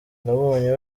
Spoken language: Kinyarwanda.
nabonye